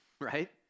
right